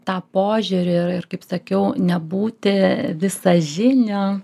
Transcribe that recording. tą požiūrį ir ir kaip sakiau nebūti visažiniu